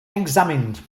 examined